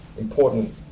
important